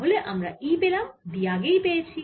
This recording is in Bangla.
তাহলে আমরা E পেলাম B আগেই পেয়েছি